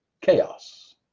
chaos